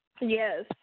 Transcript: Yes